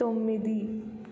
తొమ్మిది